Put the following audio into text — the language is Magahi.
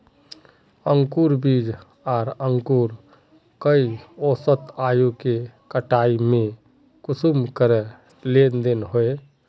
अंकूर बीज आर अंकूर कई औसत आयु के कटाई में कुंसम करे लेन देन होए?